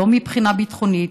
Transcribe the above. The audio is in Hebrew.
לא מבחינה ביטחונית,